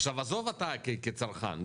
עזוב אותה כצרכן.